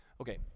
Okay